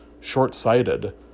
short-sighted